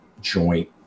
joint